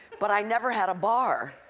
but i never had a bar